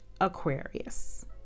Aquarius